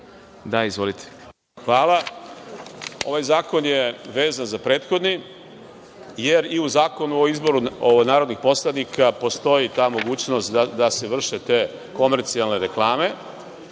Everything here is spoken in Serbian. Živković** Hvala. Ovaj zakon je vezan za prethodni, jer i u Zakonu o izboru narodnih poslanika postoji ta mogućnost da se vrše te komercijalne reklame.